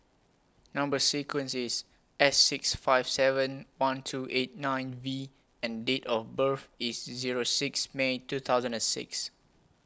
Number sequence IS S six five seven one two eight nine V and Date of birth IS Zero six May two thousand and six